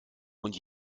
und